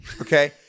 okay